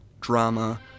drama